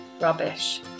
rubbish